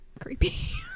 Creepy